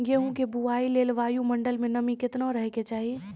गेहूँ के बुआई लेल वायु मंडल मे नमी केतना रहे के चाहि?